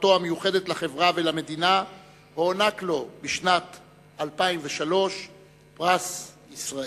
ותרומתו המיוחדת לחברה ולמדינה הוענק לו בשנת 2003 פרס ישראל.